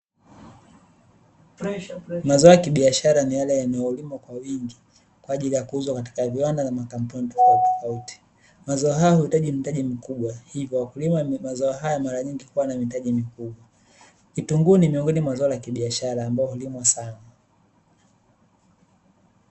Mazao ya kibiashara ni yale yanayolimwa kwa wingi, kwa ajili ya kuuzwa katika viwanda na makampuni tofautitofauti. Mazao haya huhitaji mtaji mkubwa hivyo, wakulima wa mazao haya mara nyingi huwa na mitaji mikubwa. Kitunguu ni miongoni mwa zao la kibiashara ambalo hulimwa sana.